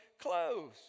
clothes